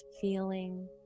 feeling